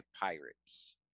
pirates